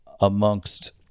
amongst